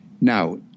Now